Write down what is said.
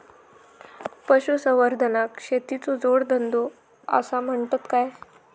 पशुसंवर्धनाक शेतीचो जोडधंदो आसा म्हणतत काय?